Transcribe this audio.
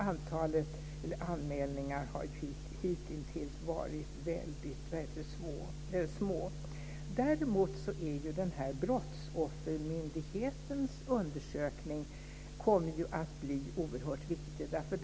Antalet anmälningar har hittills varit väldigt litet. Däremot kommer Brottsoffermyndighetens undersökning att bli oerhört viktig.